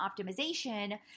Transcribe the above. optimization